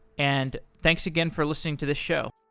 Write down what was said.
and thanks again for listening to this show